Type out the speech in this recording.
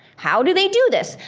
how do they do this?